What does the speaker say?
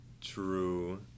True